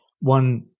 one